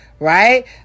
Right